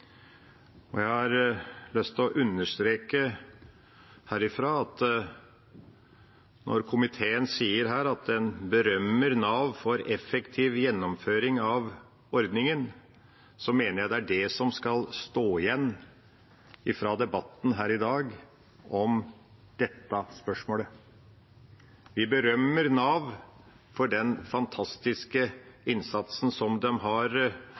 har lyst til å understreke at når komiteen sier den berømmer «Nav for effektiv gjennomføring av ordningene», mener jeg det er det som skal stå igjen fra debatten i dag om dette spørsmålet. Vi berømmer Nav for den fantastiske innsatsen som de har